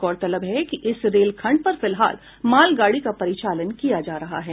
गौरतलब है कि इस रेलखंड पर फिलहाल मालगाड़ी का परिचालन किया जा रहा है